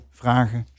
vragen